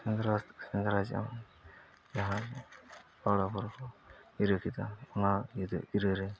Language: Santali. ᱥᱮᱸᱫᱽᱨᱟ ᱥᱮᱸᱫᱽᱨᱟ ᱡᱚᱢ ᱡᱟᱦᱟᱸ ᱦᱚᱲ ᱦᱚᱯᱚᱱ ᱠᱚ ᱜᱤᱨᱟᱹ ᱠᱮᱫᱟ ᱚᱱᱟ ᱜᱤᱨᱟᱹ ᱜᱤᱨᱟᱹᱨᱮ